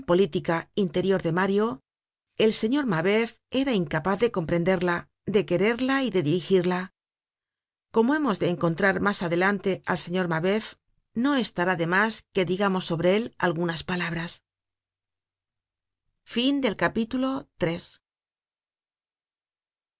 política interior de mario el señor mabeauf era incapaz de comprenderla de quererla y de dirigirla como hemos de encontrar mas adelante al señor mabeuf no estará de mas que digamos sobre él algunas palabras content from